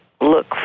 look